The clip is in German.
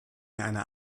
einer